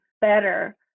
better